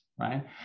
right